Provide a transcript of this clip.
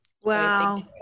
wow